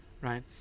right